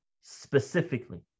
specifically